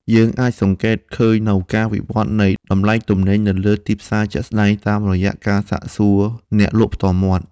យើងអាចសង្កេតឃើញនូវការវិវត្តនៃតម្លៃទំនិញនៅលើទីផ្សារជាក់ស្ដែងតាមរយៈការសាកសួរអ្នកលក់ផ្ទាល់មាត់។